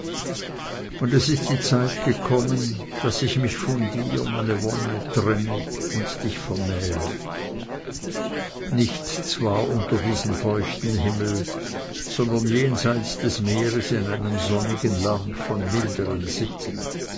und es ist die zeit gekommen daß ich mich von dir meine wonne trenne und dich vermähle nicht zwar unter diesem feuchten himmel sondern jenseits des meeres in einem sonnigen lande von mildern sitten